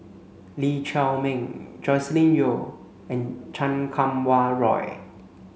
Lee Chiaw Meng Joscelin Yeo and Chan Kum Wah Roy